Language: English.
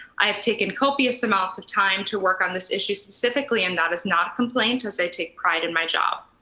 i have taken copious amounts of time to work on this issue specifically, and that is not a complaint as i take pride in my job.